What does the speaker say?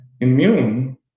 immune